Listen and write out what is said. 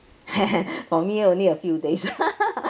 for me only a few days